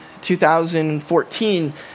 2014